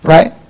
Right